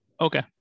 Okay